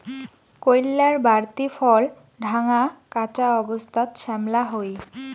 কইল্লার বাড়তি ফল ঢাঙা, কাঁচা অবস্থাত শ্যামলা হই